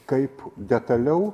kaip detaliau